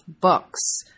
books